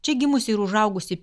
čia gimusi ir užaugusi